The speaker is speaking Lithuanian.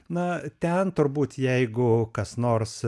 na ten turbūt jeigu kas nors